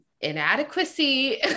inadequacy